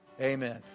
Amen